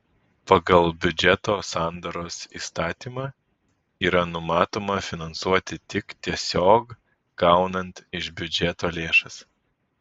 pagal biudžeto sandaros įstatymą yra numatoma finansuoti tik tiesiog gaunant iš biudžeto lėšas